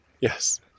yes